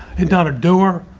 and not a door.